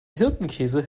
hirtenkäse